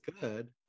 good